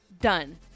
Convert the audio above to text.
done